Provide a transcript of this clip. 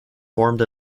formed